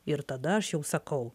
ir tada aš jau sakau